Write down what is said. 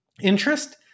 interest